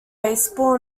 baseball